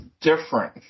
different